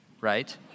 Right